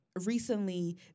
recently